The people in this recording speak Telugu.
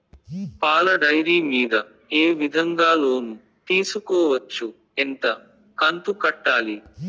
పాల డైరీ మీద ఏ విధంగా లోను తీసుకోవచ్చు? ఎంత కంతు కట్టాలి?